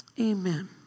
Amen